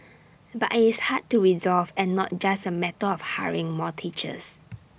but it's hard to resolve and not just A matter of hiring more teachers